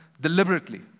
deliberately